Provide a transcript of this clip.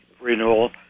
renewal